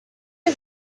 new